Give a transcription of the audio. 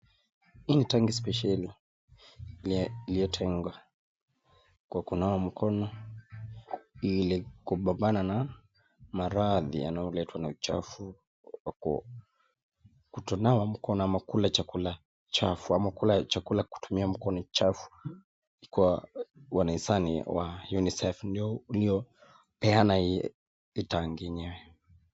Hii ni tanki spesheli, iliyotengwa kwa kunawa mikono ili kupambana na maradhi yanayoletwa na uchafu wa kutonawa nikono ama kula chakula chafu, ama kuka chakula kwa lutumia mkono chafu, kwa hisani ya unicef uliopeana tanki yenyewe.